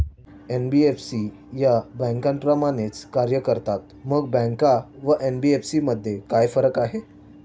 NBFC या बँकांप्रमाणेच कार्य करतात, मग बँका व एन.बी.एफ.सी मध्ये काय फरक आहे?